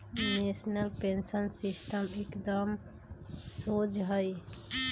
national pension system एकदम शोझ हइ